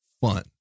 fun